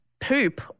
poop